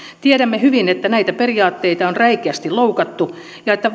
tiedämme hyvin että näitä periaatteita on räikeästi loukattu ja että